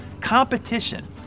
Competition